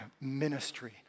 ministry